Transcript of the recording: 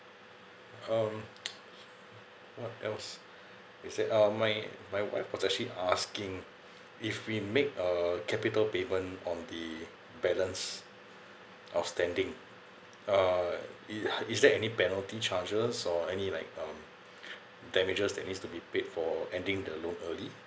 um what else is there uh my my wife was actually asking if we make a capital payment on the balance outstanding uh i~ is there any penalty charges or any like um damages that needs to be paid for ending the loan early